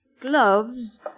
gloves